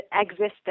existence